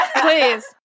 Please